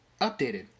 updated